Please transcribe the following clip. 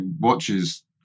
watches